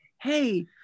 hey